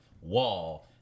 wall